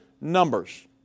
Numbers